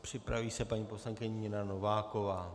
Připraví se paní poslankyně Nina Nováková.